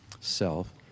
self